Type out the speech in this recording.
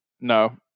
No